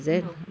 no